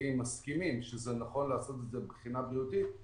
הממשלתיים מסכימים שנכון לעשות את זה מבחינה בריאותית,